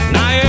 Now